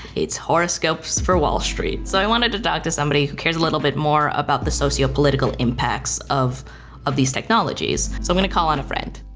it's horoscopes for wall street. so i wanted to talk to somebody who cares a little bit more about the sociopolitical impacts of of these technologies. so i'm gonna call on a friend.